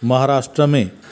महाराष्ट्र में